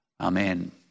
Amen